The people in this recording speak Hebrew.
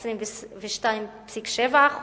22.7%,